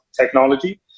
technology